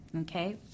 Okay